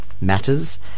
Matters